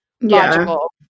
logical